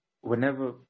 whenever